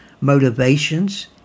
motivations